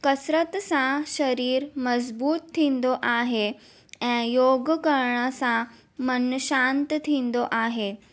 कसरतु सां शरीर मज़बूत थींदो आहे ऐं योग करण सां मन शांति थींदो आहे